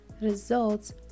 results